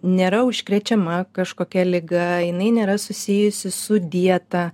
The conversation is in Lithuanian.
nėra užkrečiama kažkokia liga jinai nėra susijusi su dieta